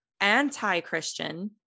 anti-Christian